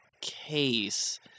case